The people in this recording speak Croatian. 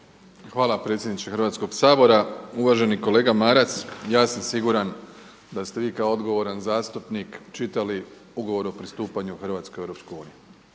Hvala predsjedniče Hrvatskog sabora. Uvaženi kolega Maras, ja sam siguran da ste vi kao odgovoran zastupnik čitali Ugovor o pristupanju Hrvatske u EU i to je